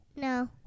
No